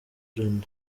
joannah